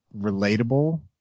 relatable